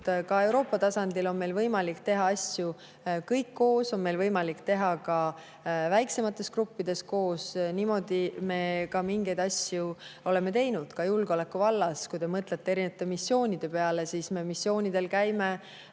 ka Euroopa tasandil on meil võimalik teha asju kõik koos, meil on võimalik teha ka väiksemates gruppides koos. Niimoodi me mingeid asju oleme ka teinud, ka julgeolekuvallas. Kui te mõtlete erinevate missioonide peale, siis me vahest käime